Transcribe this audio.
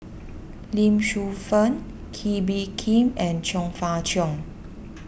Lee Shu Fen Kee Bee Khim and Chong Fah Cheong